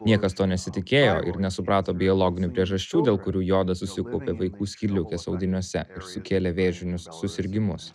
niekas to nesitikėjo ir nesuprato biologinių priežasčių dėl kurių jodas susikaupė vaikų skydliaukės audiniuose ir sukėlė vėžinius susirgimus